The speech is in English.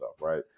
Right